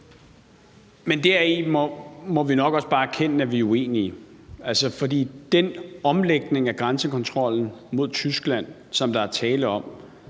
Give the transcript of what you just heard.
Men dér må vi nok også bare erkende at vi er uenige. For i forhold til den omlægning af grænsekontrollen mod Tyskland, som der er tale om,